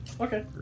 Okay